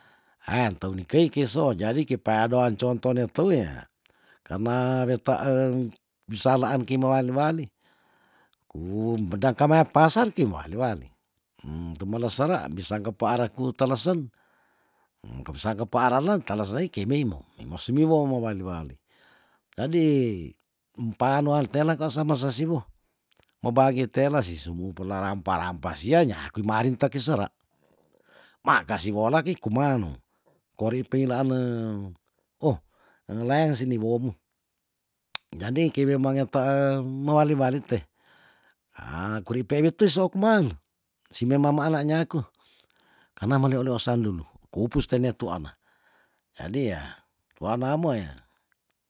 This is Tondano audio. Ayan tou ni kei ki soo jadi ki peadoan contoh ne teu ya karna wetaeng bulaan kei mewali wali ku medang kamaya pasar ki mewali wali tumele sera bisang kepaarku telesen kepesang kepaara len telas lei kei meimo mimo simiwo mewali wali jadi empaan noan tela kwa sama sasiwu mo bage tela sisumu pela rampa rampa sia nyaku maa rinteki sera ma kasi wola ki kumenu kori peilaane oh englayang sini womi jadi kei memang etae mewali wali teh ha kuri pe wites se okuman si mema maana nyaku karna melioolisan dulu kuupus tene tuama jadi ya tuana mo ya